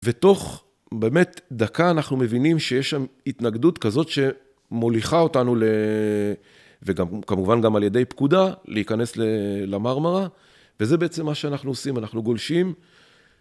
ותוך באמת דקה, אנחנו מבינים שיש שם התנגדות כזאת שמוליכה אותנו וכמובן, גם על ידי פקודה להיכנס למרמרה, וזה בעצם מה שאנחנו עושים, אנחנו גולשים.